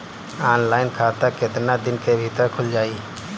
Online खाता केतना दिन के भीतर ख़ुल जाई?